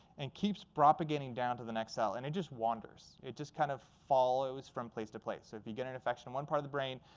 and keeps propagating down to the next cell. and it just wanders. it just kind of follows from place to place. so if you get an infection in one part of the brain,